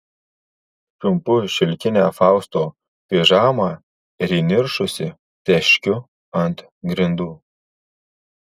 čiumpu šilkinę fausto pižamą ir įniršusi teškiu ant grindų